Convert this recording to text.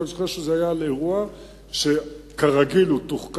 אבל אני זוכר שזה היה על אירוע שכרגיל הוא תוחקר